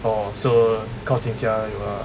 oh so 靠近家有 lah